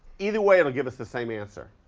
either way it'll give us the same answer.